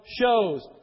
shows